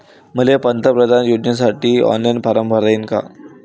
मले पंतप्रधान योजनेसाठी ऑनलाईन फारम भरता येईन का?